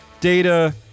data